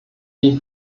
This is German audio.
die